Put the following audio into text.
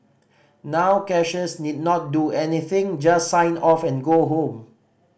now cashiers need not do anything just sign off and go home